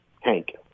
Hank